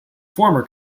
former